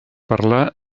parlar